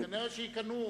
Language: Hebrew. לקנא שיקנאו,